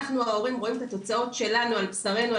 אנחנו ההורים רואים את התוצאות שלנו על בשרנו,